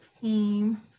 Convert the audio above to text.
team